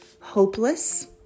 hopeless